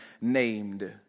named